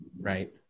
Right